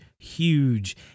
huge